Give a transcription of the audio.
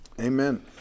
Amen